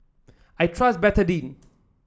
I trust Betadine